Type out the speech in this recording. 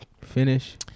finish